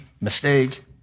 mistake